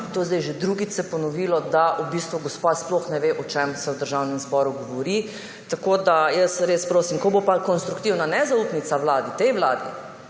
se je zdaj že drugič ponovilo, da v bistvu gospa sploh ne ve, o čem se v Državnem zboru govori. Tako da res prosim. Ko bo pa konstruktivna nezaupnica vladi, tej vladi,